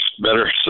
better